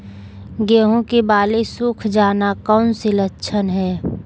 गेंहू की बाली सुख जाना कौन सी लक्षण है?